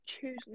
choose